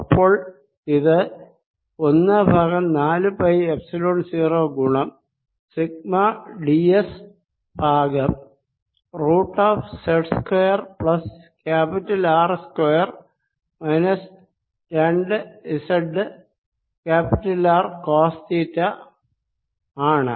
അപ്പോളിത് ഒന്ന് ബൈ നാലു pi epsilon 0 ഗുണം sigma d s by root of z square plus R square minus രണ്ട് z R cos theta ആണ്